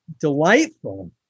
delightful